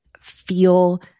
feel